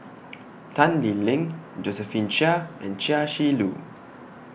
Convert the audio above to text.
Tan Lee Leng Josephine Chia and Chia Shi Lu